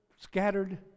scattered